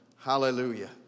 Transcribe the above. Hallelujah